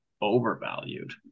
overvalued